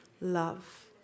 love